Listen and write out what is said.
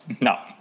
No